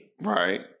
Right